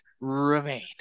remain